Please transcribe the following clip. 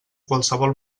qualsevol